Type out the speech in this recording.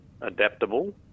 adaptable